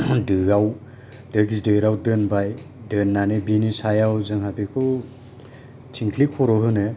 दोआव दो गिदिराव दोनबाय दोननानै बिनि सायाव जों बेखौ थिंख्लि खर' होनो